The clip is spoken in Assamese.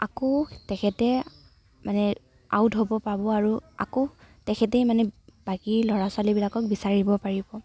আকৌ তেখেতে মানে আউট হ'ব পাব আৰু আকৌ তেখেতেই মানে বাকী ল'ৰা ছোৱালীবিলাকক বিচাৰিব পাৰিব